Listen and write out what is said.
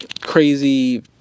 crazy